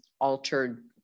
altered